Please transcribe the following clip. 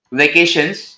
vacations